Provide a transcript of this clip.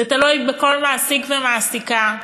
זה תלוי בכל מעסיק ומעסיקה,